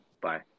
Bye